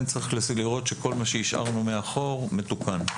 צריך לראות שכל מה שהשארנו מאחור מתוקן.